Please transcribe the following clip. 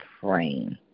praying